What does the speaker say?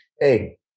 hey